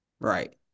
Right